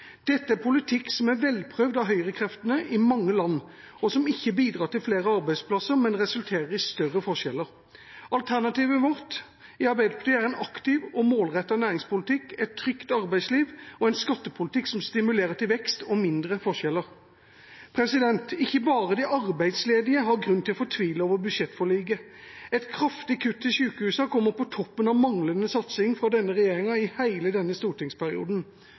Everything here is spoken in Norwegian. Dette er politikk som er velprøvd av høyrekreftene i mange land, og som ikke bidrar til flere arbeidsplasser, men resulterer i større forskjeller. Alternativet vårt i Arbeiderpartiet er en aktiv og målrettet næringspolitikk, et trygt arbeidsliv og en skattepolitikk som stimulerer til vekst og mindre forskjeller. Ikke bare de arbeidsledige har grunn til å fortvile over budsjettforliket. Et kraftig kutt i sykehusene kommer på toppen av manglende satsing fra denne regjeringa i hele denne stortingsperioden.